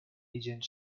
agent